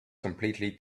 completely